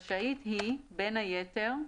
רשאית היא, בין היתר,